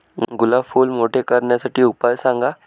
गुलाब फूल मोठे करण्यासाठी उपाय सांगा?